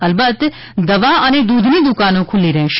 અલબત દવા અને દૂધ ની દુકાનો ખુલ્લી રહેશે